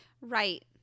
Right